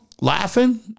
laughing